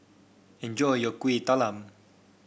enjoy your Kueh Talam